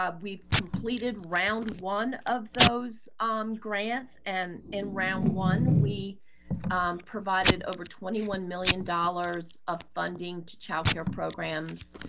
um we've completed round one of those grants. and in round one, we provided over twenty one million dollars of funding to child care programs.